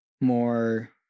more